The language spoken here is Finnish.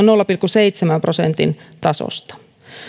nolla pilkku seitsemän prosentin tasosta